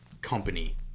company